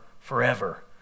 forever